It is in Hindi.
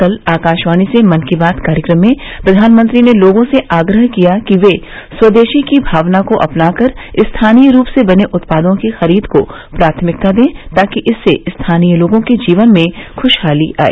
कल आकाशवाणी से मन की बात कार्यक्रम में प्रधानमंत्री ने लोगों से आग्रह किया कि वे स्वदेशी की भावना को अपनाकर स्थानीय रूप से बने उत्पादों की खरीद को प्राथमिकता दें ताकि इससे स्थानीय लोगों के जीवन में ख्शहाली आए